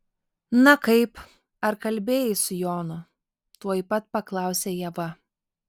na kaip ar kalbėjai su jonu tuoj pat paklausė ieva